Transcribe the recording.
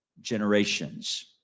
generations